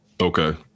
okay